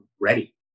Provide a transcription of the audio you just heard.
ready